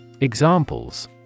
Examples